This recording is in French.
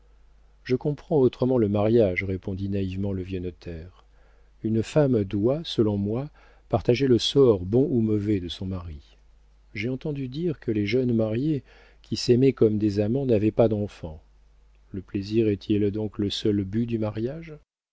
je comprends autrement le mariage répondit naïvement le vieux notaire une femme doit selon moi partager le sort bon ou mauvais de son mari j'ai entendu dire que les jeunes mariés qui s'aimaient comme des amants n'avaient pas d'enfants le plaisir est-il donc le seul but du mariage